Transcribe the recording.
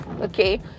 okay